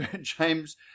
james